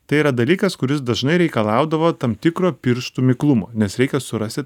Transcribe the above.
tai yra dalykas kuris dažnai reikalaudavo tam tikro pirštų miklumo nes reikia surasti